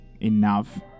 enough